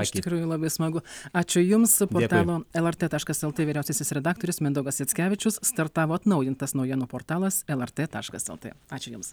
iš tikrųjų labai smagu ačiū jums portalo lrt taškas el tė vyriausiasis redaktorius mindaugas jackevičius startavo atnaujintas naujienų portalas lrt taškas el tė ačiū jums